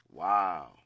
Wow